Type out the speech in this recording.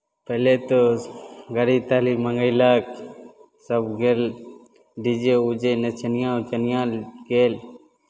पहिले तऽ गाड़ी ताड़ी मङ्गयलक सभ गेल डी जे उजे नचनिआँ उचनिआँ गेल